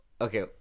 Okay